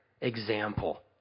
example